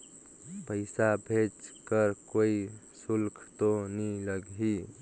पइसा भेज कर कोई शुल्क तो नी लगही?